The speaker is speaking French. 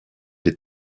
des